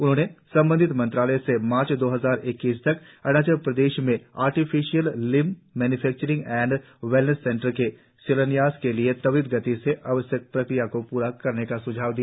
उन्होंने संबंधित मंत्रालय से मार्च दो हजार इक्कीस तक अरुणाचल प्रदेश में artificial limb manufacturing and wellness centre के शिलान्यास के लिए त्वरित गति से आवश्यक प्रक्रिया को प्रा करने का सुझाव दिया